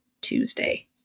Tuesday